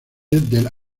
del